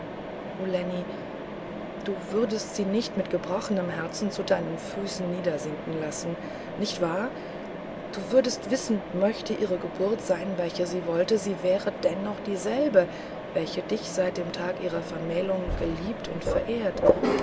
du würdest sie nicht mit gebrochenem herzen zu deinen füßen niedersinken lassen nicht wahr nicht du würdest wissen möchte ihre geburt sein welche sie wollte daß sie noch dieselbe wäre welche dich seit dem tage ihrer vermählunggeliebtundverehrt undwelchedagegennichtsverlangthätte